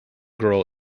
girl